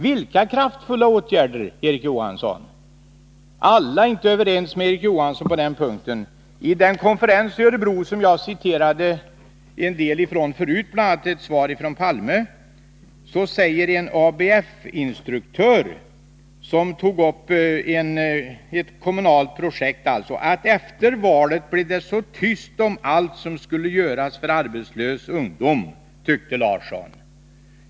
Vilka kraftfulla åtgärder, Erik Johansson? Alla är inte överens med Erik Johansson på den punkten. Vid den konferens i Örebro som jag citerade en del ifrån förut — bl.a. ett svar från Palme — sade en ABF-instruktör — enligt en tidningsartikel — om ett kommunalt projekt att ”efter valet blev det så tyst om allt som skulle göras för arbetslös ungdom”.